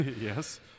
yes